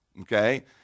okay